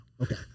Okay